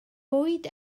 bwyd